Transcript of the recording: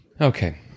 Okay